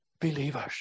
believers